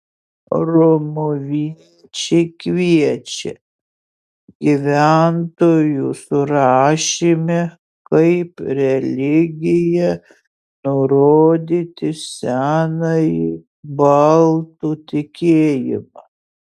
romuviečiai kviečia gyventojų surašyme kaip religiją nurodyti senąjį baltų tikėjimą